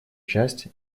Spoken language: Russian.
часть